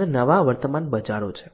અને નવા વર્તમાન બજારો છે